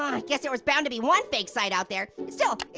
i guess there was bound to be one fake site out there. still,